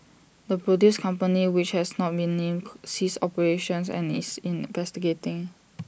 the produce company which has not been named ceased operations and is investigating